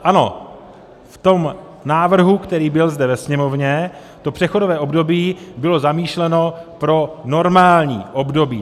Ano, v tom návrhu, který byl zde ve Sněmovně, to přechodové období bylo zamýšleno pro normální období.